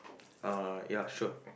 uh ya sure